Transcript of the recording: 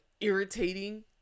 irritating